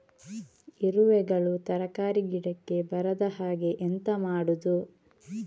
ಇರುವೆಗಳು ತರಕಾರಿ ಗಿಡಕ್ಕೆ ಬರದ ಹಾಗೆ ಎಂತ ಮಾಡುದು?